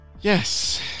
yes